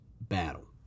battle